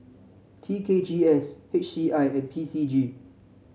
T K G S H C I and P C G